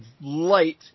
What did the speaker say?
light